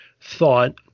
thought